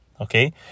okay